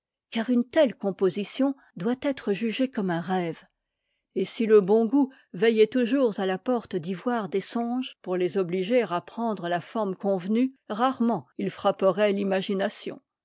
car une telle composition doit être jugée comme un rêve et si le bon goût veillait toujours à la porte d'ivoire des songes pour les obliger à prendre la forme convenue rarement ils frapperaient l'imagination